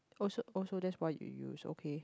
oh so oh so that's what you use okay